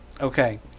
okay